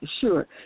Sure